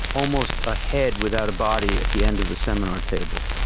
almost a head without a body at the end of the seminar table,